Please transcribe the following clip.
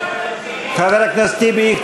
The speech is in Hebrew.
חבר הכנסת טיבי,